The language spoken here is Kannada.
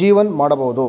ಜೀವನ್ ಮಾಡಬಹುದು